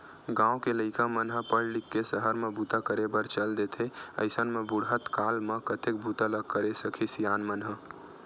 गाँव के लइका मन ह पड़ लिख के सहर म बूता करे बर चल देथे अइसन म बुड़हत काल म कतेक बूता ल करे सकही सियान मन ह